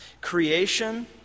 creation